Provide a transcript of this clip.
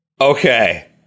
Okay